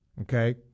Okay